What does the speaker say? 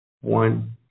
one